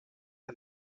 and